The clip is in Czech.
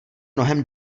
mnohem